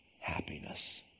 happiness